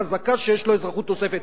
חזקה שיש לו אזרחות נוספת.